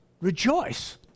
Rejoice